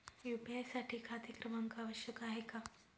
UPI साठी खाते क्रमांक आवश्यक आहे का?